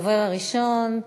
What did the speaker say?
הדובר הראשון,